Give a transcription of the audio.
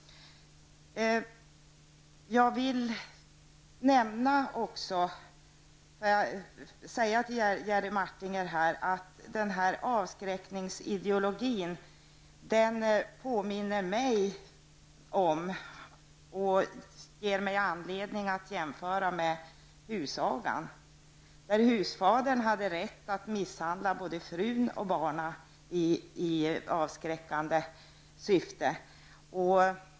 Jag vill också säga till Jerry Martinger att den där avskräckningsideologin påminner mig om och ger mig anledning att jämföra med husagan, där husfadern hade rätt att misshandla både frun och barnen i avskräckande syfte.